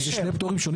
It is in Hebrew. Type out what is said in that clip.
שני פטורים שונים.